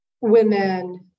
women